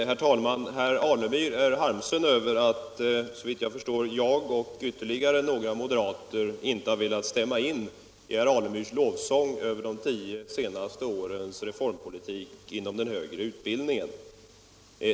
Herr talman! Herr Alemyr är såvitt jag kan förstå harmsen över att jag och ytterligare några moderater inte har velat stämma in i herr Alemyrs lovsång över de tio senaste årens reformpolitik inom den högre utbildningen.